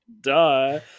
Duh